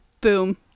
boom